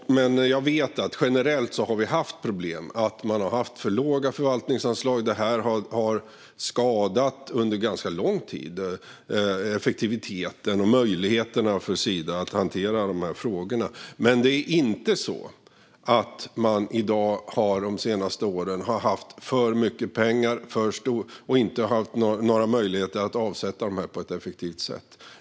Men jag vet att vi generellt har haft problem med att man har haft för låga förvaltningsanslag. Det har under ganska lång tid skadat effektiviteten och möjligheterna för Sida att hantera dessa frågor. Det är inte så att man under de senaste åren har haft för mycket pengar och inte har haft möjligheter att avsätta dem på ett effektivt sätt.